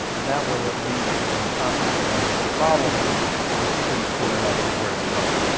and that way, at least you can concentrate on what the problem is if it's pretty clear and evident where it's coming